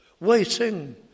waiting